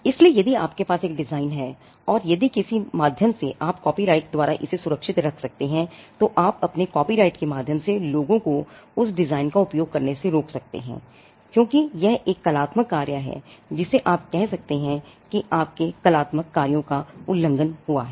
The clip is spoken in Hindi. इसलिए यदि आपके पास एक डिज़ाइन है और यदि किसी माध्यम से आप कॉपीराइट द्वारा सुरक्षित रख सकते हैं तो आप अपने कॉपीराइट के माध्यम से लोगों को उस डिज़ाइन का उपयोग करने से रोक सकते हैं क्योंकि यह एक कलात्मक कार्य है जिसे आप कह सकते हैं कि आपके कलात्मक कार्यों का उल्लंघन है